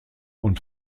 und